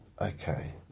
Okay